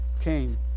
came